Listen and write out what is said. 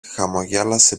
χαμογέλασε